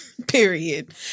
period